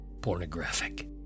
pornographic